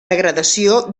degradació